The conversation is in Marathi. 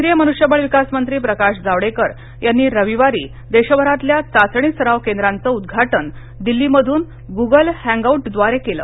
केंद्रीय मनुष्यबळ विकासमंत्री प्रकाश जावडेकर यांनी रविवारी देशभरातल्या चाचणी सराव केंद्राचं उद्घाटन दिल्ली मधून गुगल हँगआऊटब्वारे केलं